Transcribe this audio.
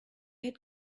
had